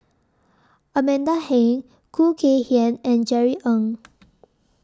Amanda Heng Khoo Kay Hian and Jerry Ng